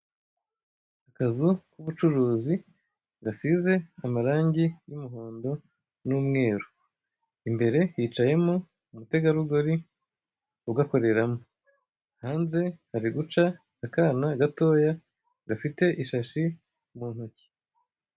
Akazu kubucuruzi gasize amarangi y'umuhondo n'umweru imbere hicayemo umutegarugori ugukoreramo, hanze hari guca akana gatoya gafite ishashi muntoki.